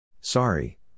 Sorry